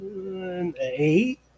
eight